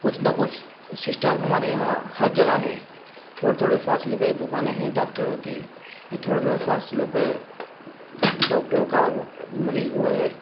کچھ نہ کچھ سشٹم ہمارے یہاں ہر جگہ ہے تھوڑے تھوڑے فاصلے پہ دکانیں ہیں ڈاکٹروں کی تھوڑے تھوڑے فاصلوں پہ ڈاکٹروں کا مریض وہ ہے